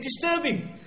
disturbing